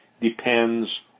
depends